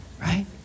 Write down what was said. right